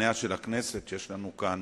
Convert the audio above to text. פניה של הכנסת, שיש לנו כאן